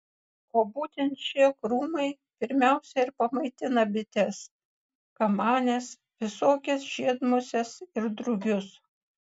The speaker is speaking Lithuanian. o būtent šie krūmai pirmiausia ir pamaitina bites kamanes visokias žiedmuses ir drugius